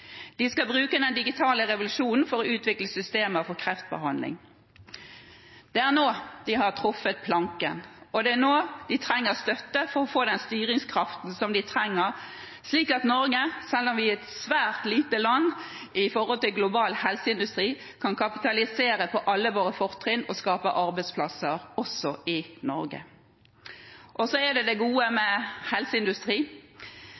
De skal bruke den digitale revolusjonen for å utvikle systemer for kreftbehandling. Det er nå de har truffet planken, og det er nå de trenger støtte for å få den styringskraften som de trenger, slik at Norge, selv om vi er et svært lite land i forhold til global helseindustri, kan kapitalisere på alle våre fortrinn og skape arbeidsplasser også i Norge. Så er det det gode